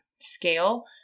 scale